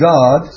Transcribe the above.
God